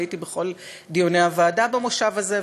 הייתי בכל דיוני הוועדה במושב הזה,